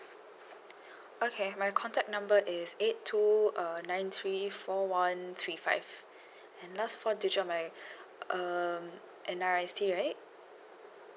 okay my contact number is eight two uh nine three four one three five and last four digit of my um N_R_I_C right